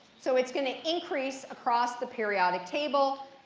so it's going to increase across the periodic table,